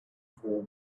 four